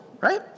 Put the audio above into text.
right